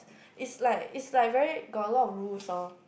is like is like very got a lot of rules lor